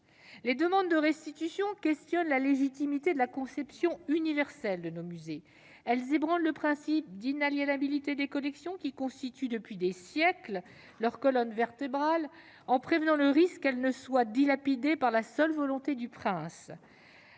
Les demandes de restitution questionnent la légitimité de la conception universelle de nos musées. Elles ébranlent le principe d'inaliénabilité des collections, qui constitue, depuis des siècles, leur colonne vertébrale, en prévenant le risque qu'elles ne soient dilapidées par la seule volonté du prince.